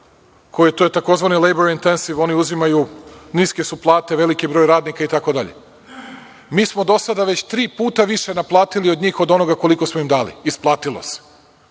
to je tzv. labor intensive, oni uzimaju, niske su plate, veliki broj radnika, itd. Mi smo do sada već tri puta više naplatili od njih od onoga koliko smo im dali. Isplatilo se.